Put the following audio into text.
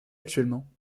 actuellement